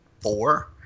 four